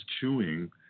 chewing